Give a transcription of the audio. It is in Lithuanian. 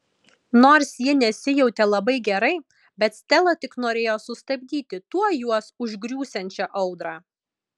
nors ji nesijautė labai gerai bet stela tik norėjo sustabdyti tuoj juos užgriūsiančią audrą